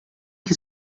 que